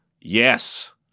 Yes